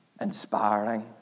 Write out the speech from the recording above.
inspiring